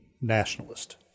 nationalist